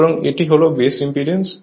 সুতরাং এটি হল বেস ইম্পিডেন্স